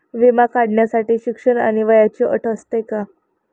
विमा काढण्यासाठी शिक्षण आणि वयाची अट असते का?